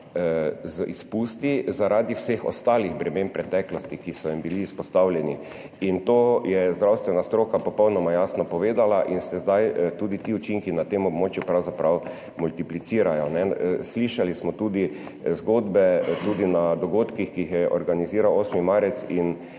izpustov zaradi vseh ostalih bremen preteklosti, ki so jim bili izpostavljeni, in to je zdravstvena stroka popolnoma jasno povedala in se zdaj tudi ti učinki na tem območju pravzaprav multiplicirajo. Slišali smo tudi zgodbe, tudi na dogodkih, ki jih je organiziral Inštitut 8.